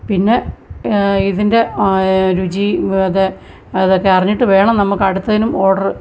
പിന്നെ ഇതിൻ്റെ രുചി വ്ത് അതൊക്കെ അറിഞ്ഞിട്ടു വേണം നമുക്കടുത്തേനും ഓഡർ